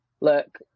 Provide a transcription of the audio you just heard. look